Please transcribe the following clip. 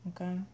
Okay